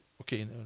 okay